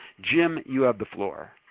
jim, you have the floor.